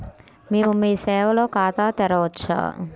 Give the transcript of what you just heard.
మేము మీ సేవలో ఖాతా తెరవవచ్చా?